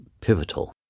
pivotal